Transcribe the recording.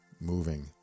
moving